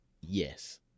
Yes